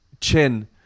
Chin